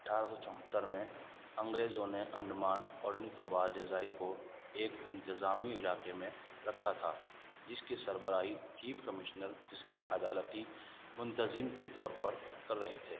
اٹھارہ سو چوہتر میں انگریزوں نے انڈمان اور نکوبار جزائر کو ایک انتظامی علاقے میں رکھا تھا جس کی سربراہی چیف کمشنر اس کے عدالتی منتظم کے طور پر کر رہے تھے